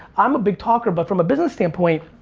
i'm a big talker, but from a business standpoint,